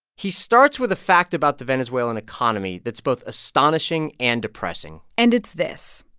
he starts with a fact about the venezuelan economy that's both astonishing and depressing and it's this.